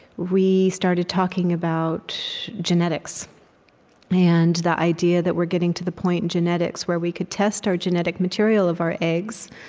we started talking about genetics and the idea that we're getting to the point in genetics where we could test our genetic material of our eggs,